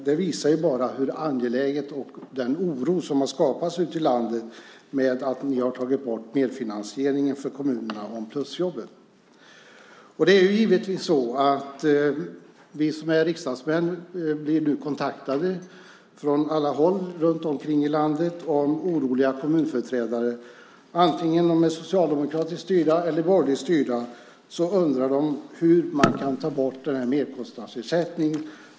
Det visar ju bara på den oro som har skapats ute i landet i och med att ni har tagit bort medfinansieringen för kommunerna i fråga om plusjobben. Och vi som är riksdagsmän blir nu givetvis kontaktade från alla håll i landet av oroliga kommunföreträdare. Antingen kommunerna är socialdemokratiskt styrda eller borgerligt styrda undrar de hur man kan ta bort den här merkostnadsersättningen.